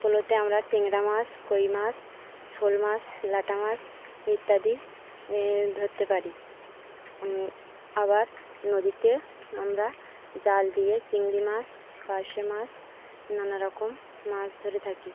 পোলোতে আমরা ট্যাংরা মাছ কই মাছ শোল মাছ লেটা মাছ ইত্যাদি ধরতে পারি আবার নদীতে আমরা জাল দিয়ে চিংড়ি মাছ পারশে মাছ নানা রকম মাছ ধরে থাকি